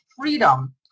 freedom